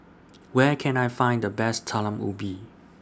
Where Can I Find The Best Talam Ubi